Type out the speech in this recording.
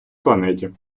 планеті